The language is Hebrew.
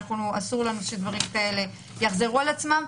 אסור לנו שדברים כאלה יחזרו על עצמם.